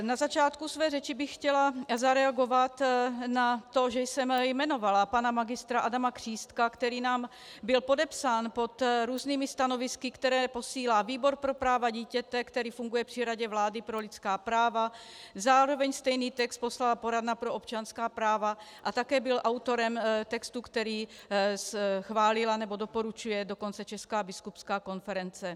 Na začátku své řeči bych chtěla zareagovat na to, že jsem jmenovala pana magistra Adama Křístka, který byl podepsán pod různými stanovisky, které posílá Výbor pro práva dítěte, který funguje při Radě vlády pro lidská práva, zároveň stejný text poslala Poradna pro občanská práva a také byl autorem textu, který chválila nebo doporučuje dokonce Česká biskupská konference.